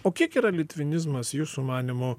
o kiek yra litvinizmas jūsų manymu